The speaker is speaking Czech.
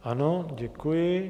Ano, děkuji.